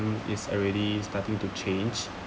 is already starting to change